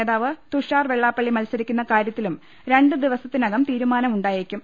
നേതാവ് തുഷാർ വെള്ളാപ്പള്ളി മത്സരിക്കുന്ന കാര്യത്തിലും രണ്ട് ദിവസത്തിനകം തീരുമാനമുണ്ടായേക്കും